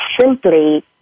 simply